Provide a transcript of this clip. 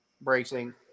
bracing